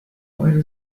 wine